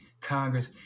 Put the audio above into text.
Congress